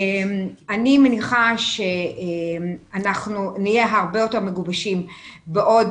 אני מניחה שנהיה הרבה יותר מגובשים בעוד